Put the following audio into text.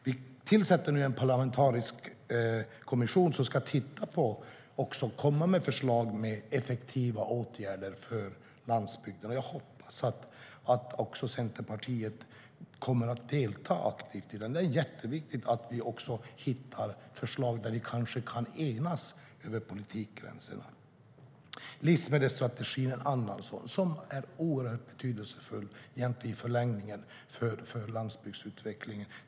Vi tillsätter nu en parlamentarisk kommission som ska titta på och även komma med förslag på effektiva åtgärder för landsbygden. Jag hoppas att också Centerpartiet kommer att delta aktivt i den. Det är jätteviktigt att vi hittar förslag som vi kanske kan enas om över partigränserna. Livsmedelsstrategin är en annan åtgärd som är oerhört betydelsefull för landsbygdsutvecklingen i förlängningen.